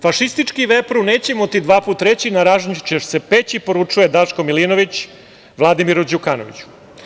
Fašistički vepru nećemo ti dva put reći, na ražnju ćeš se peći“, poručuje Daško Milinović Vladimiru Đukanoviću.